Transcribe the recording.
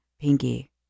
Pinky